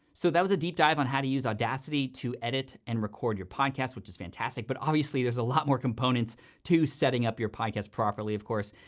so that was a deep dive on how to use audacity to edit and record your podcast, which is fantastic, but obviously there's a lot more components to setting up your podcast properly, of course.